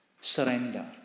Surrender